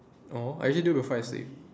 no I usually do before I sleep